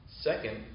Second